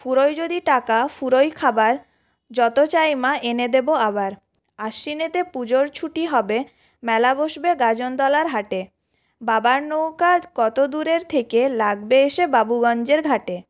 ফুরোয় যদি টাকা ফুরোয় খাবার যত চাই মা এনে দেব আবার আশ্বিনেতে পুজোর ছুটি হবে মেলা বসবে গাজনতলার হাটে বাবার নৌকা কত দূরের থেকে লাগবে এসে বাবুগঞ্জের ঘাটে